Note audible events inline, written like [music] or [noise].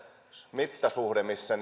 mittasuhde missä [unintelligible]